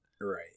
right